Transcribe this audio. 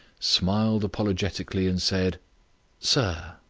smiled apologetically, and said sir.